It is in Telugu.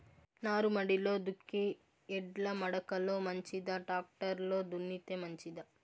నారుమడిలో దుక్కి ఎడ్ల మడక లో మంచిదా, టాక్టర్ లో దున్నితే మంచిదా?